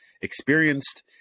experienced